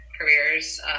careers